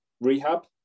rehab